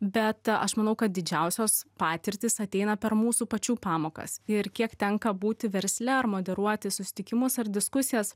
bet aš manau kad didžiausios patirtys ateina per mūsų pačių pamokas ir kiek tenka būti versle ar moderuoti susitikimus ar diskusijas